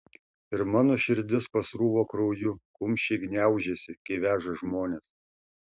ir mano širdis pasrūva krauju kumščiai gniaužiasi kai veža žmones